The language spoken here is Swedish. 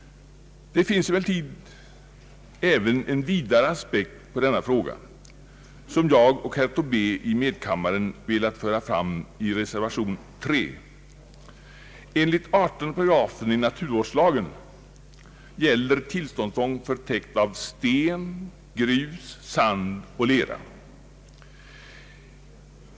Det finns emellertid en vidare aspekt på denna fråga som jag och herr Tobé i medkammaren velat föra fram i reservation III. Enligt 18 § i naturvårdslagen gäller tillståndstvång för täkt av sten, grus, sand och lera.